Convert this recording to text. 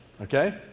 okay